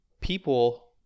people